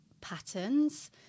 patterns